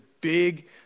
big